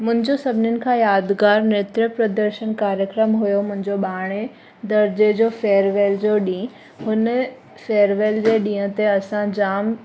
मुंहिंजो सभनिनि खां यादगारु नृत प्रदर्शन कार्यक्रम हुओ मुंहिंजो ॿारहें दरिजे जो फेअरवेल जो ॾींहुं हुन फेयरवेल जे ॾींहुं ते असां जाम